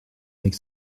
avec